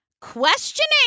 Questioning